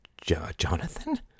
Jonathan